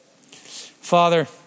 Father